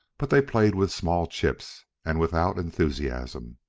but they played with small chips and without enthusiasm,